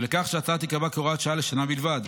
ולכך שההצעה תיקבע כהוראת שעה לשנה בלבד.